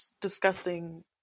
discussing